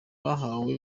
bahawe